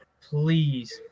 please